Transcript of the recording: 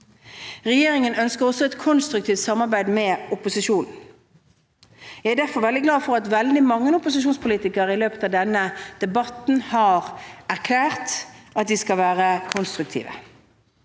Regjeringen ønsker også et konstruktivt samarbeid med opposisjonen. Jeg er derfor veldig glad for at veldig mange opposisjonspolitikere i løpet av denne debatten har erklært at de skal være konstruktive.